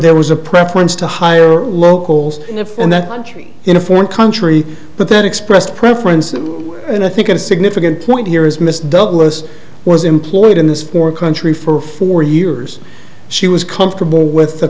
there was a preference to hire locals in that country in a foreign country but that expressed preference and i think a significant point here is mr douglass was employed in this foreign country for four years she was comfortable with the